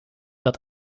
dat